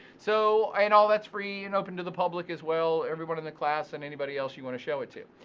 so, and all that's free and open to the public as well. everyone in the class and anybody else you want to show it to.